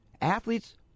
Athletes